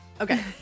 Okay